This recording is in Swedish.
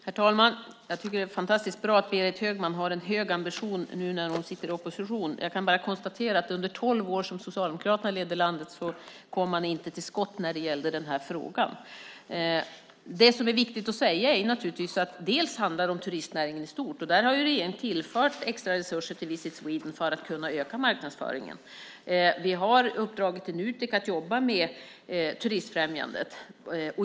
Herr talman! Det är fantastiskt bra att Berit Högman har en hög ambition nu när hon sitter i opposition. Jag kan bara konstatera att under de tolv år som Socialdemokraterna ledde landet kom man inte till skott i denna fråga. När det gäller turistnäringen i stort har regeringen tillfört extra resurser till Visit Sweden för att kunna öka marknadsföringen och Nutek har till uppdrag att jobba med turistfrämjandet.